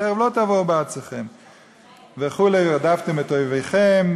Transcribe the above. חרב לא תעבור בארצכם וכו' "ורדפתם את אויבכם",